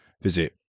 Visit